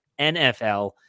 NFL